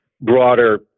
broader